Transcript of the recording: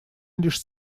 лишь